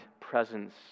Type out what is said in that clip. presence